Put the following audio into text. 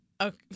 Okay